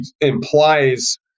implies